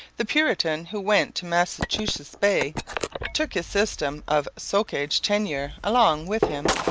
the puritan who went to massachusetts bay took his system of socage tenure along with him.